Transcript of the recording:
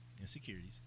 Insecurities